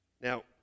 Now